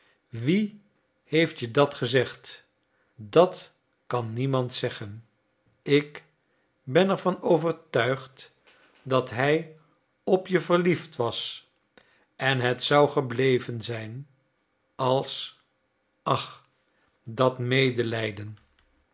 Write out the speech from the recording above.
wie heeft je dat gezegd dat kan niemand zeggen ik ben er van overtuigd dat hij op je verliefd was en het zou gebleven zijn als ach dat medelijden